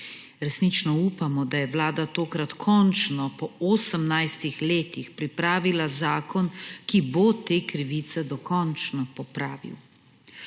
Resnično upamo, da je Vlada tokrat končno, po 18 letih, pripravila zakon, ki bo te krivice dokončno popravil.